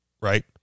right